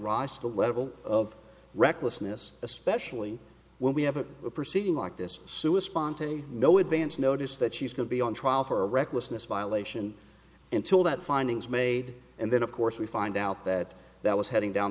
rise to the level of recklessness especially when we have a proceeding like this sue a spontaneous no advance notice that she's going to be on trial for recklessness violation until that findings made and then of course we find out that that was heading down